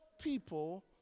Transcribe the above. people